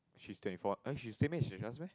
she's twenty four eh she same age as us meh